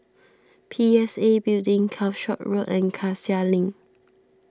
P S A Building Calshot Road and Cassia Link